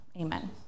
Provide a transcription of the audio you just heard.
amen